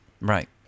Right